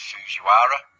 Fujiwara